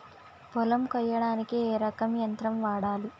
పొలం కొయ్యడానికి ఏ రకం యంత్రం వాడాలి?